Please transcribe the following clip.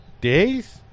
Days